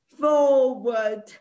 forward